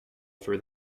for